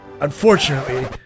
Unfortunately